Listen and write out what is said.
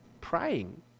praying